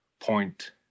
point